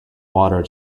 water